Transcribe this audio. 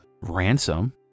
ransom